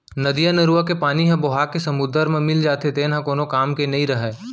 नदियाँ, नरूवा के पानी ह बोहाके समुद्दर म मिल जाथे तेन ह कोनो काम के नइ रहय